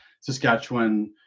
Saskatchewan